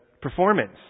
Performance